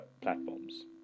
platforms